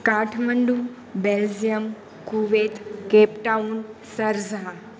Kathmandu Belgium Kuwait Cape Town Sharjah